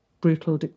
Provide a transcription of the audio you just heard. brutal